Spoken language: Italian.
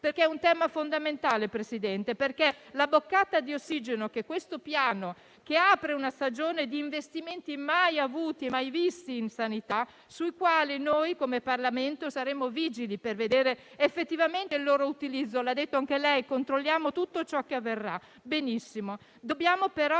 di un tema fondamentale. La boccata di ossigeno del Piano apre infatti una stagione di investimenti mai avuti e mai visti in sanità, sui quali noi, come Parlamento, saremo vigili per vedere effettivamente il loro utilizzo. Come ha detto anche lei, controlliamo tutto ciò che avverrà. Benissimo, dobbiamo però